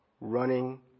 running